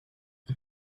but